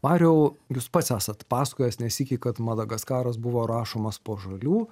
mariau jūs pats esat pasakojęs ne sykį kad madagaskaras buvo rašomas po žalių